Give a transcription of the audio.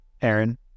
Aaron